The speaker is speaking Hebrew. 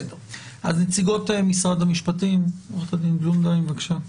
נציגות משרד המשפטים, עו"ד בלונדהיים, בבקשה.